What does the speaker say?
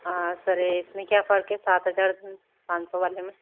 sir ये इसमें क्या फ़र्क है सात हज़ार पांच सौ वाले में